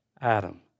Adam